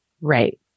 right